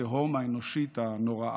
התהום האנושית הנוראה.